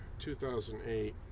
2008